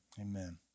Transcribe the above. Amen